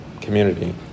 community